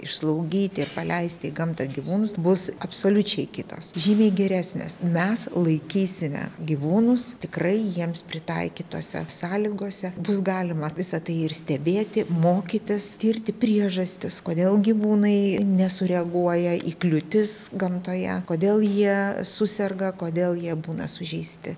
išslaugyti ir paleisti į gamtą gyvūnus bus absoliučiai kitos žymiai geresnės mes laikysime gyvūnus tikrai jiems pritaikytose sąlygose bus galima visa tai ir stebėti mokytis tirti priežastis kodėl gyvūnai nesureaguoja į kliūtis gamtoje kodėl jie suserga kodėl jie būna sužeisti